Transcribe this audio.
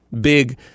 big